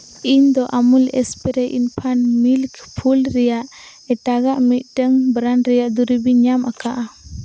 ᱤᱧᱫᱚ Amul spray infant milk food ᱨᱮᱭᱟᱜ ᱮᱴᱟᱜᱟᱜ ᱢᱤᱫᱴᱟᱝ ᱵᱨᱟᱱᱰ ᱨᱮᱭᱟᱜ ᱫᱩᱨᱤᱵᱽ ᱤᱧ ᱧᱟᱢ ᱟᱠᱟᱫᱟ